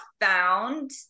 found